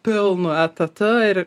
pilnu etatu ir